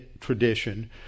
tradition